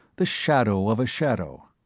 the shadow of a shadow.